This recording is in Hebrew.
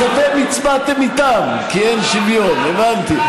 אז אתם הצבעתם איתם כי אין שוויון, הבנתי.